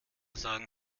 sagen